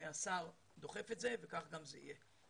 השר דוחף את זה, וכך גם זה יהיה.